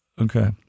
Okay